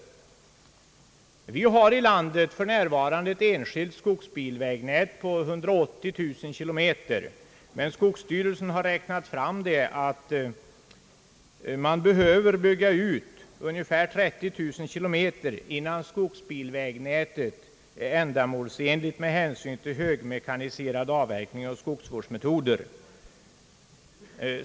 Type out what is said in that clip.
Vi har i lan det för närvarande ett enskilt skogsbilvägnät på 180 000 km, men skogsstyrelsen har räknat fram att man behöver bygga ut ungefär 30 000 km innan skogsbilvägnätet är ändamålsenligt med hänsyn till högmekaniserade avverkningsoch skogsvårdsmetoder.